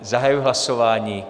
Zahajuji hlasování.